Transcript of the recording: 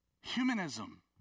Humanism